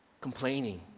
complaining